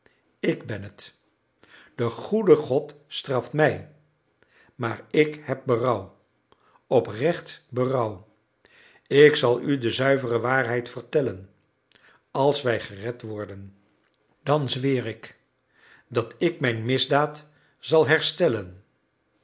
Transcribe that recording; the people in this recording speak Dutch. ik ben het de goede god straft mij maar ik heb berouw oprecht berouw ik zal u de zuivere waarheid vertellen als wij gered worden dan zweer ik dat ik mijn misdaad zal herstellen